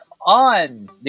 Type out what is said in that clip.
on